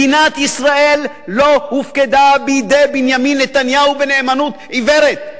מדינת ישראל לא הופקדה בידי בנימין נתניהו בנאמנות עיוורת.